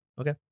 Okay